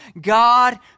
God